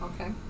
Okay